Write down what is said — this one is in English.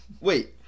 Wait